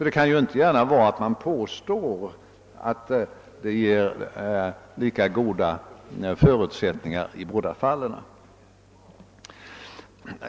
Det kan ju inte vara så att man påstår att förutsättningarna är lika goda i båda fallen.